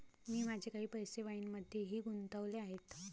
मी माझे काही पैसे वाईनमध्येही गुंतवले आहेत